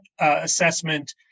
assessment